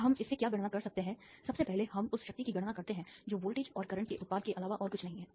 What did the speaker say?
अब हम इससे क्या गणना कर सकते हैं सबसे पहले हम उस शक्ति की गणना कर सकते हैं जो वोल्टेज और करंट के उत्पाद के अलावा और कुछ नहीं है